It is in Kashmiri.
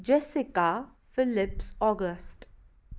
Jessica Phillips August